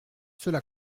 cela